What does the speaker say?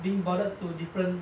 being bothered to different